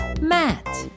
Matt